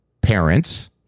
parents